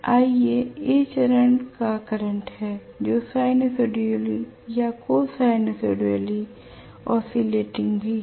iA A चरण current है जो साइनसुयोडली या कोसाइनॉइडली ऑसिलेटिंग भी है